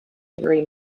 degree